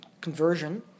conversion